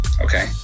Okay